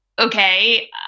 okay